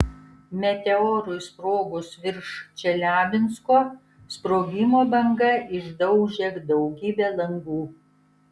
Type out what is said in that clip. meteorui sprogus virš čeliabinsko sprogimo banga išdaužė daugybę langų